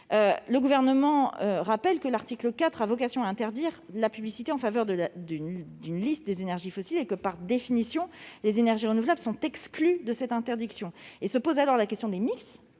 Le Gouvernement rappelle que l'article 4 a vocation à interdire la publicité en faveur d'une liste d'énergies fossiles. Par définition, les énergies renouvelables sont exclues de cette interdiction. Se pose dès lors la question des mix